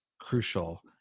crucial